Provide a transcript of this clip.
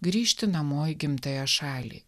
grįžti namo į gimtąją šalį